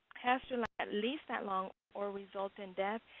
has to last at least that long or result in death.